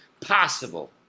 possible